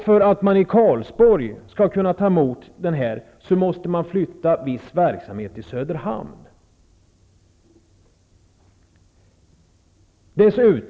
För att kunna ta emot delar av spaningsdivisionen i Karlsborg måste man flytta viss verksamhet från Karlsborg till Söderhamn.